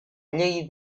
llei